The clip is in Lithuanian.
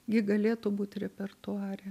gi galėtų būt repertuare